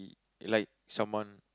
like someone